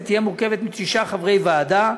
היא תהיה מורכבת מתשעה חברי הכנסת,